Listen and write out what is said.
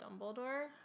dumbledore